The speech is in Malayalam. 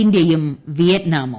ഇന്ത്യയും വിയറ്റ്നാമും